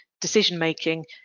decision-making